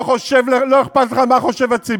מה אתה משמיץ אותו?